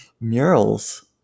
Murals